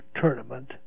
tournament